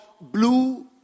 Blue